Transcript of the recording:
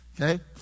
Okay